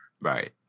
right